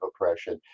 oppression